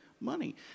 money